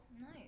nice